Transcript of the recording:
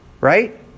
Right